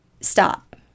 stop